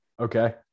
Okay